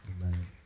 Amen